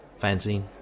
fanzine